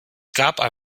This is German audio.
gab